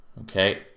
Okay